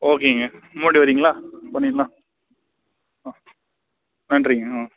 ஓகேங்க முன்னாடி வர்றீங்களா புக் பண்ணிடலாம் நன்றிங்க ம்